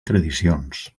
tradicions